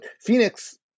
Phoenix